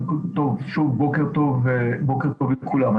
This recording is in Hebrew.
בוקר טוב לכולם.